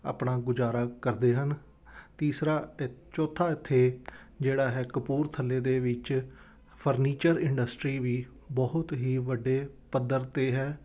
ਆਪਣਾ ਗੁਜ਼ਾਰਾ ਕਰਦੇ ਹਨ ਤੀਸਰਾ ਚੌਥਾ ਇੱਥੇ ਜਿਹੜਾ ਹੈ ਕਪੂਰਥਲੇ ਦੇ ਵਿੱਚ ਫਰਨੀਚਰ ਇੰਡਸਟਰੀ ਵੀ ਬਹੁਤ ਹੀ ਵੱਡੇ ਪੱਧਰ 'ਤੇ ਹੈ